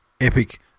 epic